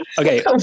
Okay